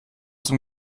zum